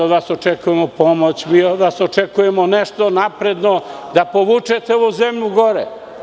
Od vas očekujemo pomoć, od vas očekujemo nešto napredno, da povučete ovu zemlju gore.